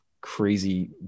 crazy